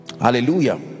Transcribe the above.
hallelujah